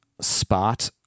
spot